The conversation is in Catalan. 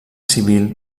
civil